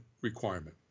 requirement